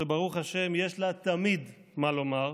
וברוך השם, יש לה תמיד מה לומר.